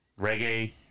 Reggae